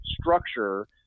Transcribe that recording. structure